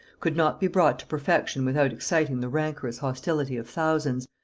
could not be brought to perfection without exciting the rancorous hostility of thousands,